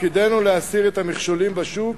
תפקידנו להסיר את המכשולים בשוק